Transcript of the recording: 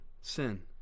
sin